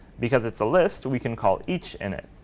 because it's a list, we can call each in it.